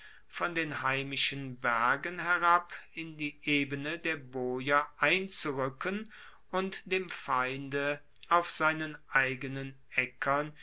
von den heimischen bergen herab in die ebene der boier einzuruecken und dem feinde auf seinen eigenen aeckern